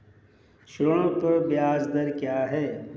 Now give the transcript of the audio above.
ऋण पर ब्याज दर क्या है?